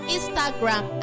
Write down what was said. Instagram